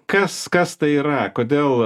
kas kas tai yra kodėl